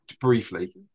briefly